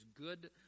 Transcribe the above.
good